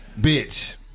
bitch